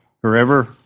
forever